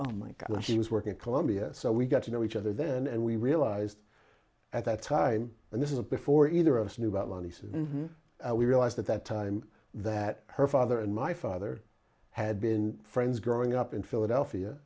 oh my god when she was working at columbia so we got to know each other then and we realized at that time and this is a before either of us knew about money so then we realized at that time that her father and my father had been friends growing up in philadelphia